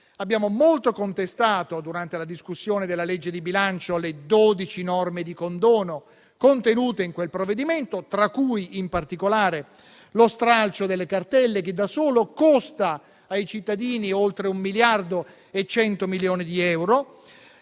abbiamo molto contestato, durante la discussione della legge di bilancio, le dodici norme di condono contenute in quel provvedimento, tra cui in particolare lo stralcio delle cartelle, che da solo costa ai cittadini oltre 1,1 miliardi di euro.